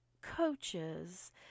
coaches